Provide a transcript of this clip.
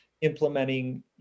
implementing